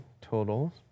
total